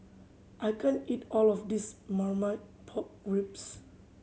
I can't eat all of this Marmite Pork Ribs